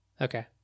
Okay